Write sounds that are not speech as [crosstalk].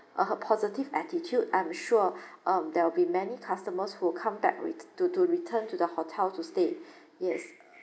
uh with her attitude uh her positive attitude I'm sure [breath] um there will be many customers who come back ret~ to to return to the hotel to stay yes